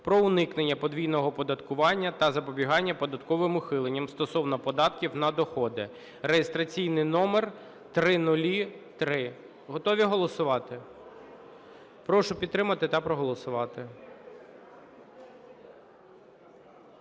про уникнення подвійного оподаткування та запобігання податковим ухиленням стосовно податків на доходи (реєстраційний номер 0003). Готові голосувати? Прошу підтримати та проголосувати.